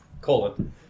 Colon